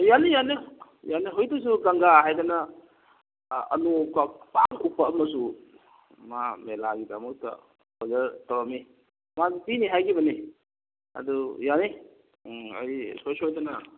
ꯌꯥꯅꯤ ꯌꯥꯅꯤ ꯌꯥꯅꯤ ꯍꯧꯖꯤꯛꯇꯁꯨ ꯒꯪꯒꯥ ꯍꯥꯏꯗꯅ ꯑꯅꯣꯛꯀ ꯄꯥꯛꯅ ꯎꯞꯄ ꯑꯃꯁꯨ ꯃꯥ ꯃꯦꯂꯥꯒꯤꯗꯃꯛꯇ ꯑꯣꯔꯗꯔ ꯇꯧꯔꯝꯃꯤ ꯃꯥꯁꯨ ꯄꯤꯅꯤ ꯍꯥꯏꯈꯤꯕꯅꯤ ꯑꯗꯨ ꯌꯥꯅꯤ ꯑꯩ ꯁꯨꯡꯁꯣꯏ ꯁꯣꯏꯗꯅ